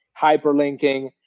hyperlinking